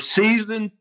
season